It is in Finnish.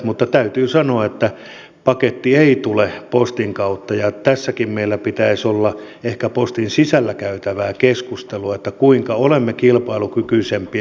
mutta täytyy sanoa että paketti ei tule postin kautta ja tässäkin meillä pitäisi olla ehkä postin sisällä käytävää keskustelua siitä kuinka olemme kilpailukykyisempiä